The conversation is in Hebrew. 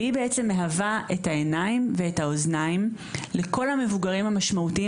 היא בעצם מהווה את העיניים ואת האוזניים לכל המבוגרים המשמעותיים